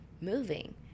moving